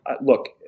look